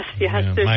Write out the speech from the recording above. yes